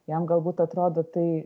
jam galbūt atrodo tai